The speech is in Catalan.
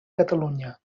catalunya